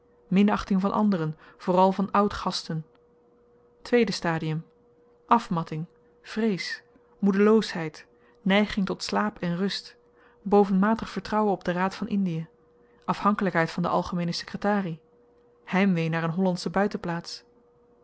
minachting van anderen vooral van oudgasten tweede stadium afmatting vrees moedeloosheid neiging tot slaap en rust bovenmatig vertrouwen op den raad van indie afhankelykheid van de algemeene sekretarie heimwee naar een hollandsche buitenplaats